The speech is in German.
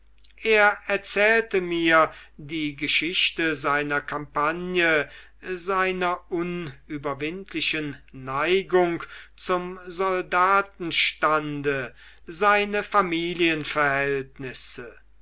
er erzählte mir die geschichte seiner kampagne seiner unüberwindlichen neigung zum soldatenstande seine familienverhältnisse